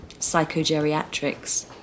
psychogeriatrics